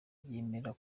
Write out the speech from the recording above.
yemera